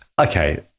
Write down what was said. Okay